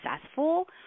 successful